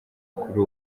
kuri